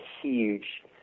huge